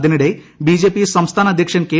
അതിനിടെ ബിജെപി സംസ്ഥാന അദ്ധ്യക്ഷൻ കെ